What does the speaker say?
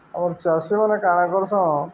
ଆମର୍ ଚାଷୀମାନେ କାଣା କର୍ସନ୍